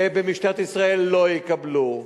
ובמשטרת ישראל לא יקבלו?